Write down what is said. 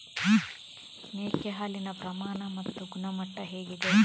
ಮೇಕೆ ಹಾಲಿನ ಪ್ರಮಾಣ ಮತ್ತು ಗುಣಮಟ್ಟ ಹೇಗಿದೆ?